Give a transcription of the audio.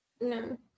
No